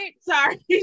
sorry